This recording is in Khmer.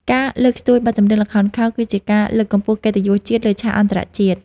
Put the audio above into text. ការលើកស្ទួយបទចម្រៀងល្ខោនខោល គឺជាការលើកកម្ពស់កិត្តិយសជាតិលើឆាកអន្តរជាតិ។